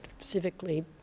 civically